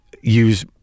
use